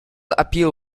appeal